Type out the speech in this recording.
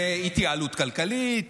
זו התייעלות כלכלית,